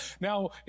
Now